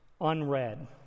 unread